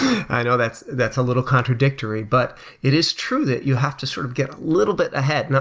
i know that's that's a little contradictory, but it is true that you have to sort of get a little bit ahead.